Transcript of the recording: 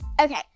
Okay